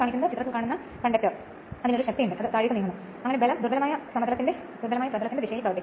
എന്നാൽ ട്രാൻസ്ഫോർമറിന്റെ കാര്യത്തിൽ ഫ്ലക്സ് സമയം വ്യത്യാസപ്പെട്ടിരുന്നു